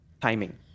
timing